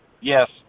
Yes